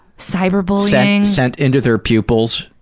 cyberbullying. sent into their pupils.